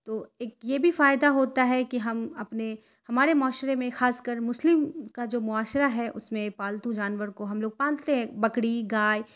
تو ایک یہ بھی فائدہ ہوتا ہے کہ ہم اپنے ہمارے معاشرے میں خاص کر مسلم کا جو معاشرہ ہے اس میں پالتو جانور کو ہم لوگ پالتے ہیں بکری گائے